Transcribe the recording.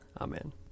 Amen